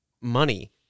money